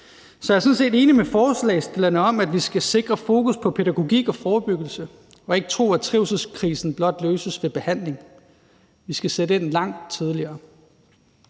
Så jeg er sådan set enig med forslagsstillerne om, at vi skal sikre fokus på pædagogik og forebyggelse og ikke tro, at trivselskrisen blot løses med behandling. Vi skal sætte ind langt tidligere.